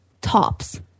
tops